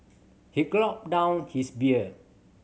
he gulped down his beer